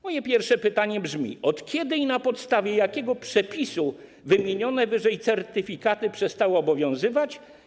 Moje pierwsze pytanie brzmi: Od kiedy i na podstawie jakiego przepisu wymienione wyżej certyfikaty przestały obowiązywać?